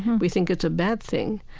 we think it's a bad thing.